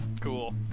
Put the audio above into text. Cool